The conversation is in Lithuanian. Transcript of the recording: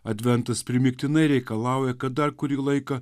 adventas primygtinai reikalauja kad dar kurį laiką